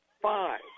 five